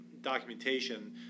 documentation